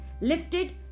lifted